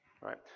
right